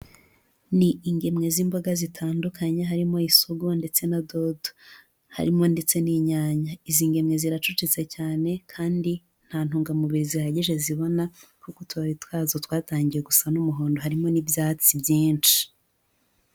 Ni ingemwe z'imboga zitandukanye harimo isogo ndetse na dodo, harimo ndetse n'inyanya. Izi ngemwe ziracucitse cyane kandi nta ntungamubiri zihagije zibona nkuko utubari twazo twatangiye gusa n'umuhondo, harimo n'ibyatsi byinshi.